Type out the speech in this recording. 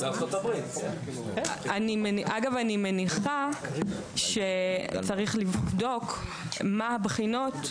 אני מניחה שצריך לבדוק מה הבחינות,